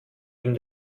ihm